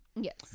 yes